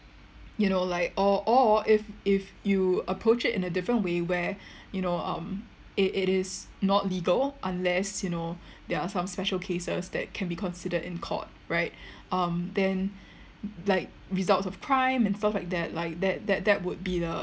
you know like or or if if you approach it in a different way where you know um it it is not legal unless you know there are some special cases that can be considered in court right um then like results of crime and stuff like that like that that would be the